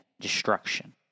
destruction